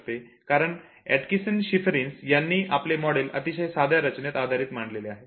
कारण Atkinson Shiffrin's यांनी आपले मॉडेल अतिशय साध्या रचनेवर आधारित मांडलेले आहे